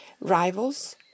rivals